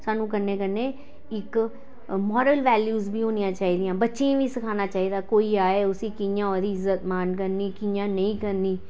सानू कन्नै कन्नै इक मोरल वैल्यूज़ बी होनियां चाहिदियां बच्चें गी बी सखाना चाहिदा कोई आए उसी कि'यां ओह्दी इज्जत मान करनी कि'यां नेईं करनी